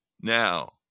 Now